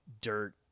dirt